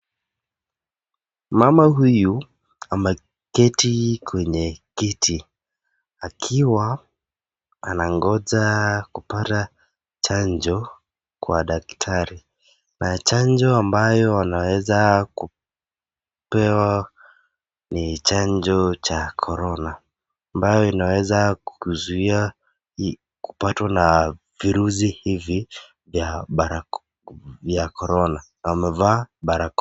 Mama huyu ameketi kwenye kiti akiwa anangoja kupata chanjo Kwa daktari na chanjo ambayo anawesa kupewa ni chanjo ya korona Pali inaweza kupatwa na viruzi hizi ya korona amevaa barakoa.